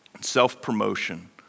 self-promotion